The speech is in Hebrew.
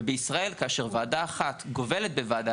ובישראל כאשר ועדה אחת גובלת בוועדה